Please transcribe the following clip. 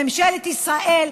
ממשלת ישראל,